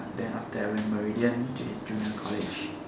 then after that I went meridian junior college